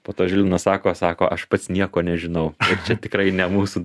po to žilvinas sako sako aš pats nieko nežinau čia tikrai ne mūsų